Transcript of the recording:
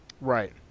Right